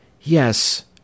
Yes